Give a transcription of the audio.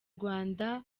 rwanda